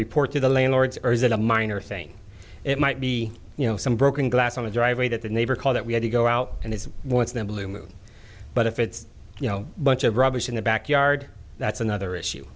report to the landlords or is it a minor thing it might be you know some broken glass on the driveway that the neighbor called that we had to go out and he wants them blue moon but if it's you know bunch of rubbish in the backyard that's another issue